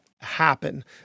happen